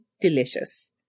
delicious